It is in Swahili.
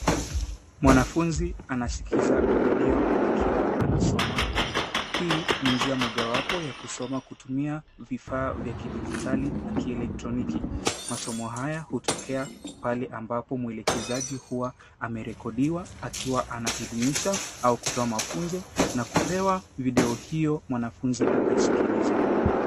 Mwanafuzi anasikiza video akiwa anasoma. Hii ni njia mojawapo ya kusoma kutumia vifaa vya kidijitali na kielektroniki. Masomo haya hutokea pale ambapo mwekezaji huwa amerekodiwa akiwa anaelimisha au kutoa mafunzo na kupewa video hiyo mwanafunzi akaisikilize.